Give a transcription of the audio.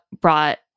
brought